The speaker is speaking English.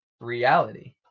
reality